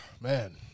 man